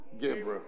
Gabriel